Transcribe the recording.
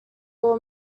all